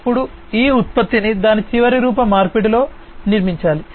అప్పుడు ఈ ఉత్పత్తిని దాని చివరి రూప మార్పిడిలో నిర్మించాలి